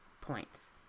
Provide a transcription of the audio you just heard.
points